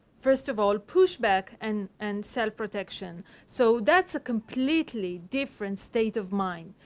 first of all, pushback and and self-protection. so that's a completely different state of mind,